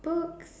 book